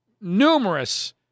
numerous